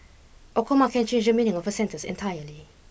a comma can change the meaning of a sentence entirely